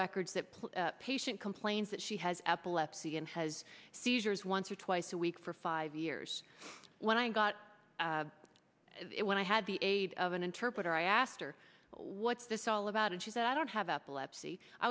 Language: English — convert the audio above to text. records that patient complains that she has epilepsy and has seizures once or twice a week for five years when i got it when i had the aid of an interpreter i asked her what's this all about and she said i don't have epilepsy i